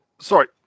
Sorry